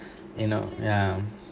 you know ya